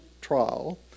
trial